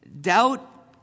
Doubt